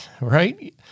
right